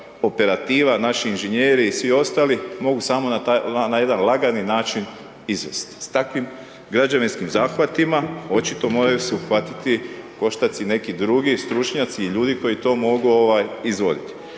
operativa, naši inženjeri i svi ostali mogu samo na jedan lagani način izvesti. S takvim građevinskim zahvatima očito moraju se uhvatiti u koštac i neki drugi stručnjaci i ljudi koji to mogu izvoditi